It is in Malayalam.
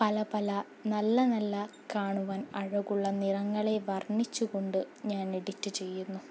പല പല നല്ല നല്ല കാണുവൻ അഴകുള്ള നിറങ്ങളെ വർണ്ണിച്ചു കൊണ്ട് ഞാൻ എഡിറ്റ് ചെയ്യുന്നു